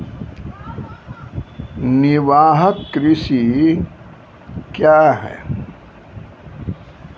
निवाहक कृषि क्या हैं?